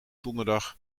donderdag